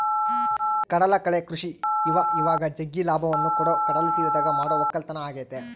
ಕಡಲಕಳೆ ಕೃಷಿ ಇವಇವಾಗ ಜಗ್ಗಿ ಲಾಭವನ್ನ ಕೊಡೊ ಕಡಲತೀರದಗ ಮಾಡೊ ವಕ್ಕಲತನ ಆಗೆತೆ